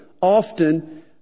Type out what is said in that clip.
often